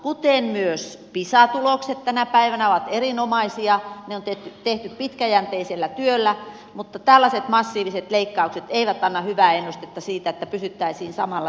kuten myös pisa tulokset tänä päivänä ovat erinomaisia ne on tehty pitkäjänteisellä työllä mutta tällaiset massiiviset leikkaukset eivät anna hyvää ennustetta siitä että pysyttäisiin samalla tiellä